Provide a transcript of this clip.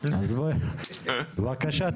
בבקשה,